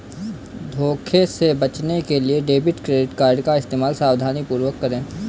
धोखे से बचने के लिए डेबिट क्रेडिट कार्ड का इस्तेमाल सावधानीपूर्वक करें